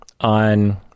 on